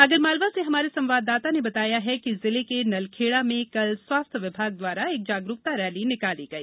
आगर मालवा से हमारे संवाददाता ने बताया है कि जिले के नलखेड़ा में कल स्वास्थ्य विभाग द्वारा एक जागरुकता रैली निकाली गई